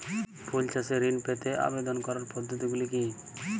ফুল চাষে ঋণ পেতে আবেদন করার পদ্ধতিগুলি কী?